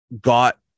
Got